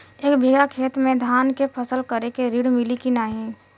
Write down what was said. एक बिघा खेत मे धान के फसल करे के ऋण मिली की नाही?